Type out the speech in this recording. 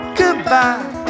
goodbye